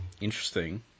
interesting